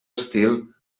estil